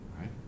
Right